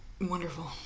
Wonderful